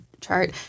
chart